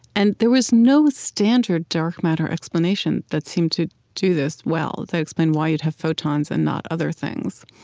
and there was no standard dark matter explanation that seemed to do this well, that explained why you'd have photons and not other things,